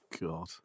God